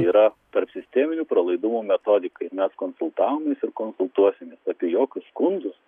yra tarpsisteminių pralaidumų metodikai mes konsultavomės ir konsultuosimės apie jokius skundus